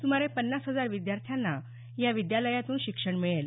सुमारे पन्नास हजार विद्यार्थ्यांना या विद्यालयातून शिक्षण मिळेल